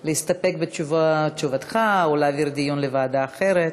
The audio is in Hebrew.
להסתפק בתשובתך, או להעביר את הדיון לוועדה אחרת?